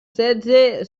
setze